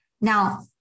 Now